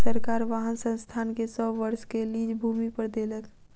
सरकार वाहन संस्थान के सौ वर्ष के लीज भूमि पर देलक